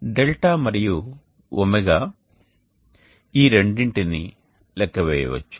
δ మరియు ω ఈ రెండింటిని లెక్క వేయవచ్చు